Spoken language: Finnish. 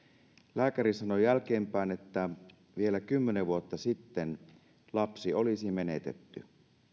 lääkäri sanoi jälkeenpäin että vielä kymmenen vuotta sitten lapsi olisi menetetty